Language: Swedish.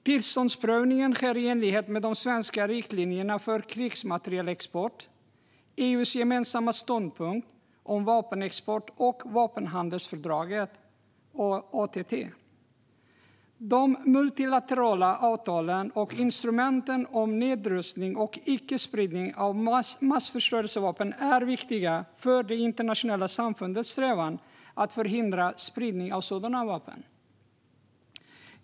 Tillståndsprövningen sker i enlighet med de svenska riktlinjerna för krigsmaterielexport, EU:s gemensamma ståndpunkt om vapenexport och vapenhandelsfördraget, ATT. De multilaterala avtalen och instrumenten om nedrustning och icke-spridning av massförstörelsevapen är viktiga för det internationella samfundets strävan att förhindra spridning av sådana vapen.